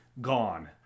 gone